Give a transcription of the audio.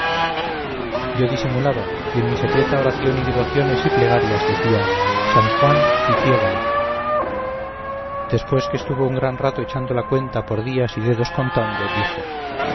panes yo disimulaba y en mi secreta oración y devociones y plegarias decía sant juan y ciégale después que estuvo un gran rato echando la cuenta por días y dedos contando dijo